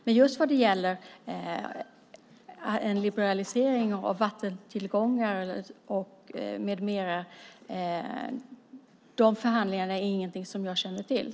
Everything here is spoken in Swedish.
Men just förhandlingarna om en liberalisering av vattentillgångar med mera känner jag inte till.